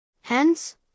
Hence